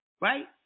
right